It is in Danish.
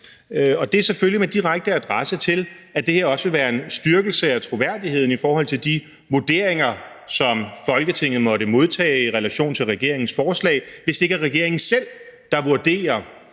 Og det er selvfølgelig med direkte adresse til, at det her også vil være en styrkelse af troværdigheden i forhold til de vurderinger, som Folketinget måtte modtage i relation til regeringens forslag, så det ikke er regeringen selv, der vurderer